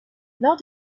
lors